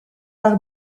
par